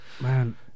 Man